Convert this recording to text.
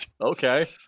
Okay